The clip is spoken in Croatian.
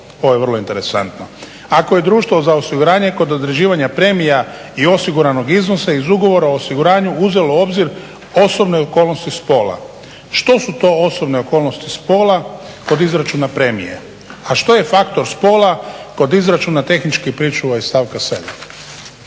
Ovo je vrlo interesantno. Ako je društvo za osiguranje kod određivanja premija i osiguranog iznosa iz ugovora o osiguranju uzelo u obzir osobne okolnosti spola. Što su to osobne okolnosti spola kod izračuna premije, a što je faktor spola kod izračuna tehničkih pričuva iz stavka 7.?